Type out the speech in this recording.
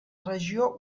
regió